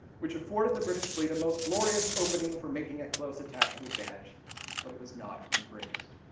which afforded the british fleet a most glorious opening for making a close attack to advantage but it was not embraced.